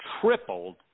tripled